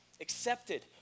accepted